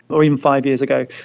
or even five years ago,